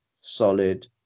solid